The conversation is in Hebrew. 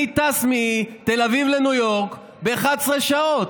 אני טס מתל אביב לניו יורק ב-11 שעות.